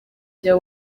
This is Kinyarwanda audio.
bya